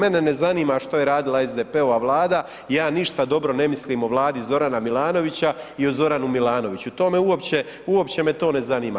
Mene ne zanima što je radila SDP-ova vlada, ja ništa dobro ne mislim o vladi Zorana Milanovića i o Zoranu Milanoviću, to me uopće ne zanima.